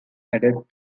added